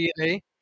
DNA